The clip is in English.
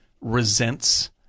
resents